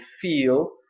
feel